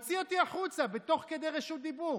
הוא הוציא אותי החוצה, ותוך כדי רשות דיבור.